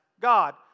God